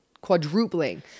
quadrupling